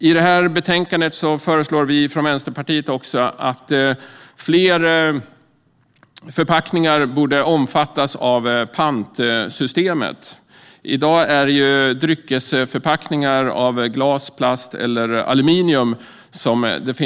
I det här betänkandet föreslår vi från Vänsterpartiet också att fler förpackningar ska omfattas av pantsystemet. I dag finns det pant på dryckesförpackningar av glas, plast och aluminium.